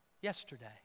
yesterday